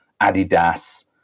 Adidas